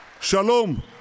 shalom